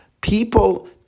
people